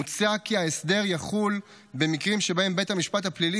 מוצע כי ההסדר יחול במקרים שבהם בית המשפט הפלילי